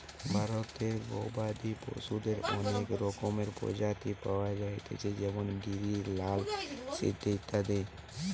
ভারতে গবাদি পশুদের অনেক রকমের প্রজাতি পায়া যাইতেছে যেমন গিরি, লাল সিন্ধি ইত্যাদি